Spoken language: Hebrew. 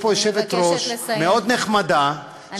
ישי פה יושבת-ראש מאוד נחמדה, אני מבקשת לסיים.